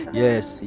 yes